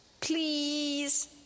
Please